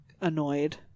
annoyed